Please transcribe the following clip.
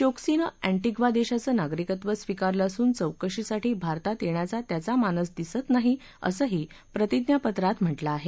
चौक्सीनं अँधींवा देशाचं नागरिकत्व स्वीकारलं असून चौकशीसाठी भारतात येण्याचा त्याचा मानस दिसत नाही असंही प्रतिज्ञापत्रात म्हा लें आहे